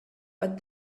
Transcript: but